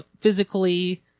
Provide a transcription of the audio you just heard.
physically